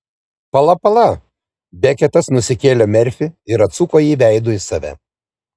pala pala beketas nusikėlė merfį ir atsuko jį veidu į save